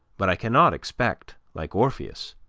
but i cannot expect, like orpheus,